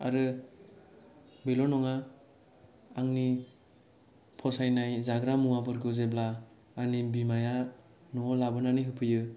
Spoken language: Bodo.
आरो बेल' नङा आंनि फसायनाय जाग्रा मुवाफोरखौ जेब्ला आंनि बिमाया नआव लाबोनानै होफैयो